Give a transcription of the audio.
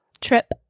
Trip